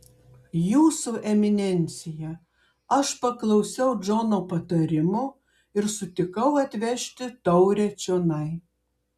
jūsų eminencija aš paklausiau džono patarimo ir sutikau atvežti taurę čionai